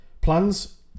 plans